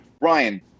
Ryan